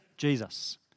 Jesus